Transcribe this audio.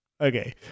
Okay